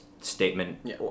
statement